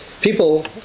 people